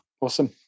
Awesome